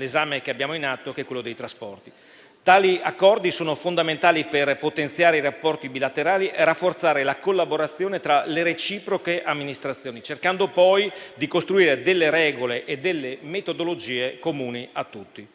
ci stiamo occupando. Tali accordi sono fondamentali per potenziare i rapporti bilaterali e rafforzare la collaborazione tra le reciproche amministrazioni, cercando poi di costruire delle regole e delle metodologie comuni a tutti.